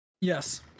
yes